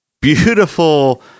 Beautiful